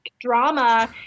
drama